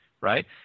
Right